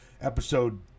episode